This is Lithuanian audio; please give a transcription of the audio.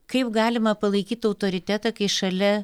kaip galima palaikyt autoritetą kai šalia